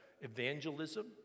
evangelism